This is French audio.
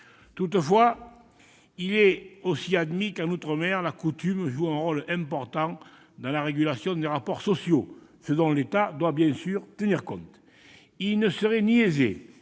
Toutefois, il est aussi admis qu'en outre-mer la coutume joue un rôle important dans la régulation des rapports sociaux, ce dont l'État doit bien sûr tenir compte. Il ne serait ni aisé